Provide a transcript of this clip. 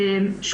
תגובתך.